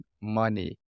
money